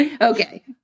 Okay